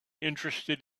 interested